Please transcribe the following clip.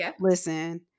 listen